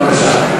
בבקשה.